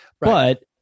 But-